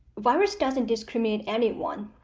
virus doesn't discriminate anyone.